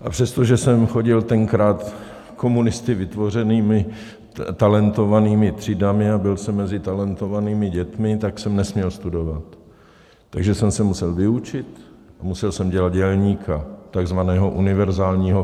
A přestože jsem chodil tenkrát komunisty vytvořenými talentovanými třídami a byl jsem mezi talentovanými dětmi, tak jsem nesměl studovat, takže jsem se musel vyučit a musel jsem dělat dělníka, takzvaného univerzálního frézaře.